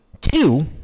Two